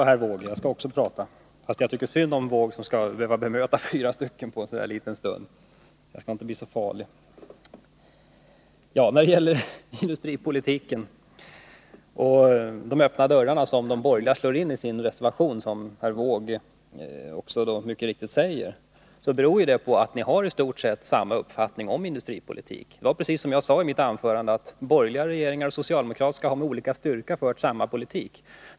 Herr talman! När det gäller industripolitiken slår de borgerliga in öppna dörrar i sin reservation, som herr Wååg mycket riktigt säger. Det beror på att man har i stort sett samma uppfattning om industripolitik. Precis som jag sade i mitt anförande, har borgerliga och socialdemokratiska regeringar med olika styrka fört samma politik.